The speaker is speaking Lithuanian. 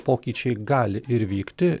pokyčiai gali ir vykti